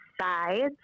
sides